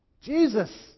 Jesus